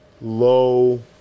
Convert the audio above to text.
low